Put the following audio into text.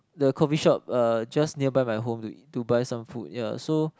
the coffee shop Uh just nearby my home to buy some food yeah so